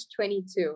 22